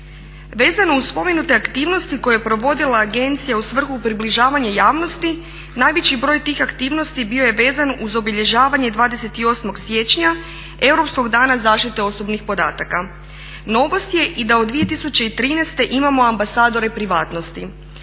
Vezano uz spomenute aktivnosti koje je provodila agencija u svrhu približavanja javnosti najveći broj tih aktivnosti bio je vezan uz obilježavanje 28. siječnja, Europskog dana zaštite osobnih podataka. Novost je i da od 2013. imamo ambasadore privatnosti